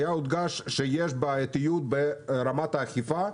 הודגש שיש בעייתיות ברמה האכיפה.